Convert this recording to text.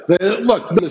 Look